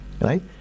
right